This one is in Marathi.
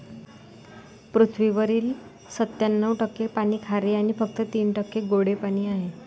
पृथ्वीवरील सत्त्याण्णव टक्के पाणी खारे आणि फक्त तीन टक्के गोडे पाणी आहे